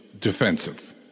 defensive